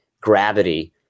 gravity